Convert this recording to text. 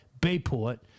Bayport